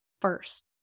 first